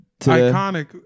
Iconic